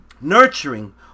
nurturing